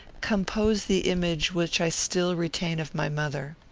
compose the image which i still retain of my mother.